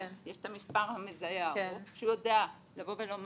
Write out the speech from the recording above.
יש את המספר המזהה הארוך שהוא יודע לבוא ולומר,